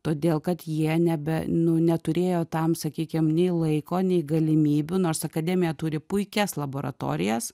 todėl kad jie nebe nu neturėjo tam sakykim nei laiko nei galimybių nors akademija turi puikias laboratorijas